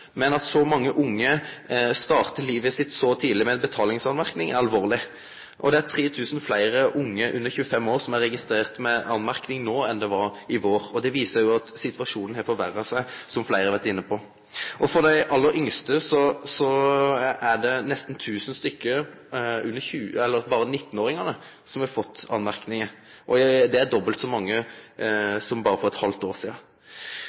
men at så mange unge startar livet sitt med betalingsmerknad, er alvorleg. Det er 3 000 fleire unge under 25 år som er registrerte med merknad enn det var i fjor vår. Det viser jo at situasjonen har blitt verre, som fleire har vore inne på. For dei aller yngste er det nesten tusen 19-åringar som har fått merknader. Det er dobbelt så mange som for berre eit halvt år sidan.